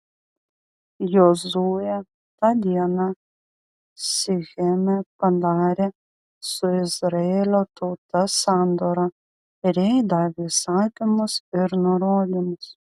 jozuė tą dieną sicheme padarė su izraelio tauta sandorą ir jai davė įsakymus ir nurodymus